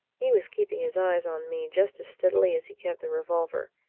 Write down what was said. he was keeping his eyes on me just as steadily as he kept the revolver,